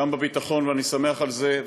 גם בביטחון, ואני שמח על זה.